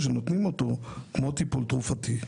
שנותנים אותו כמו טיפול תרופתי.